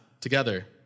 together